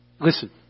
Listen